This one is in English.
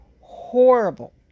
Horrible